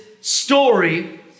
story